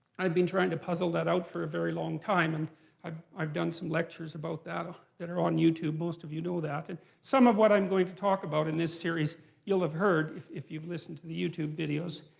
i've been trying to puzzle that out for a very long time. and i've i've done some lectures about that are on youtube most of you know that. and some of what i'm going to talk about in this series you'll have heard if if you've listened to the youtube videos.